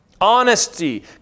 Honesty